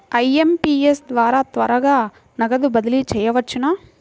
IMPS ద్వారా త్వరగా నగదు బదిలీ చేయవచ్చునా?